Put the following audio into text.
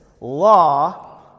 law